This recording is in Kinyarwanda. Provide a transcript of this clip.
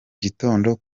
gitondo